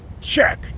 check